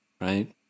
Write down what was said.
right